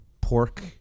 pork